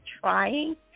trying